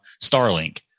Starlink